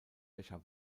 becher